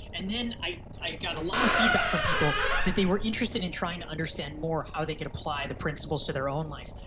and i i got a lot of feedback from people that they were interested in trying to understand more how they can apply the principles to their own life.